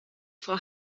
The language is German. frau